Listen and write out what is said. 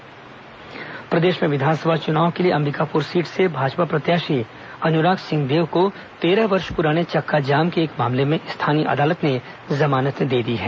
अन्राग जमानत प्रदेश में विधानसभा चुनाव के लिए अंबिकापुर सीट से भाजपा प्रत्याशी अनुराग सिंहदेव को तेरह वर्ष पुराने चक्काजाम के एक मामले में स्थानीय अदालत ने जमानत दे दी है